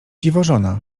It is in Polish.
dziwożona